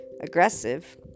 aggressive